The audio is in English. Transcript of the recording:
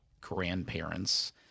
grandparents